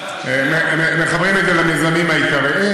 מחברים את זה למיזמים העיקריים.